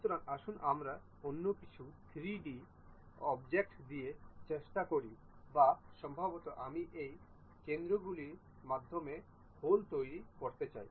সুতরাং আসুন আমরা অন্য কিছু 3 D অবজেক্ট দিয়ে চেষ্টা করি বা সম্ভবত আমি এই কেন্দ্রগুলি মাধ্যমে হোল তৈরি করতে চাই